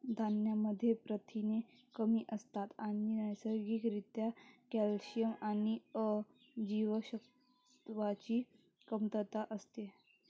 धान्यांमध्ये प्रथिने कमी असतात आणि नैसर्गिक रित्या कॅल्शियम आणि अ जीवनसत्वाची कमतरता असते